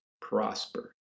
prosper